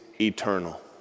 eternal